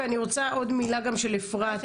ואני רוצה עוד מילה גם של אפרת.